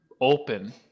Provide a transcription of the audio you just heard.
open